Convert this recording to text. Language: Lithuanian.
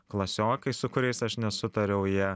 klasiokai su kuriais aš nesutariau jie